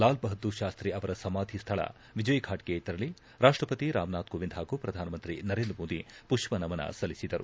ಲಾಲ್ಬಹದ್ದೂರ್ ಶಾಸ್ತಿ ಅವರ ಸಮಾಧಿ ಸ್ಹಳ ವಿಜಯ್ ಫಾಟ್ಗೆ ತೆರಳಿ ರಾಷ್ಪಪತಿ ರಾಮನಾಥ್ ಕೋವಿಂದ್ ಹಾಗೂ ಪ್ರಧಾನಮಂತ್ರಿ ನರೇಂದ್ರ ಮೋದಿ ಪುಷ್ಪನಮನ ಸಲ್ಲಿಸಿದರು